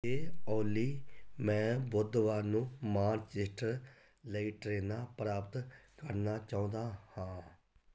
ਹੇ Ollie ਮੈਂ ਬੁੱਧਵਾਰ ਨੂੰ ਮਾਨਚੈਸਟਰ ਲਈ ਟ੍ਰੇਨਾਂ ਪ੍ਰਾਪਤ ਕਰਨਾ ਚਾਹੁੰਦਾ ਹਾਂ